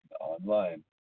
online